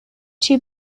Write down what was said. too